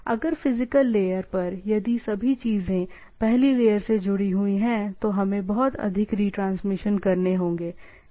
अगर physical layer पर यदि सभी चीजें पहली लेयर से जुड़ी हुई हैं तो हमें बहुत अधिक रिट्रांसमिशन करने होंगे